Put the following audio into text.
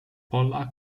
pola